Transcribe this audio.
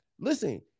listen